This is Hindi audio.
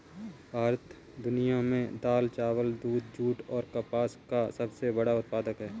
भारत दुनिया में दाल, चावल, दूध, जूट और कपास का सबसे बड़ा उत्पादक है